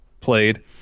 played